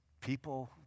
people